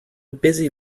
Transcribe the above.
busy